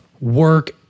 work